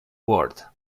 world